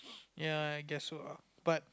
ya I guess so lah but